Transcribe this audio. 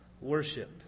worship